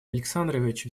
александрович